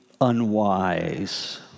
unwise